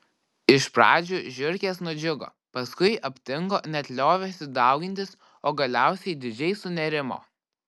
iš pradžių žiurkės nudžiugo paskui aptingo net liovėsi daugintis o galiausiai didžiai sunerimo